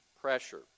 pressure